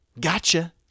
Gotcha